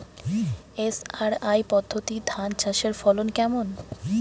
SRI পদ্ধতি ধান চাষের ফলন কেমন?